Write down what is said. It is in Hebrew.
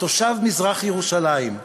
תושב מזרח-ירושלים,